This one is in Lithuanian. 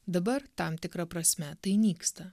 dabar tam tikra prasme tai nyksta